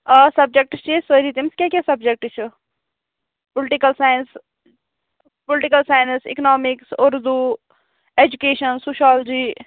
آ سَبٕجیکٹِس چھِ ییٚتہِ سأری تٔمِس کیٛاہ کیٛاہ سَبٕجیکٹ چھِ political science political science economics Urdu education sociology